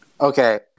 Okay